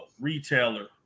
retailer